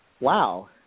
wow